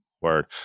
Word